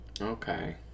Okay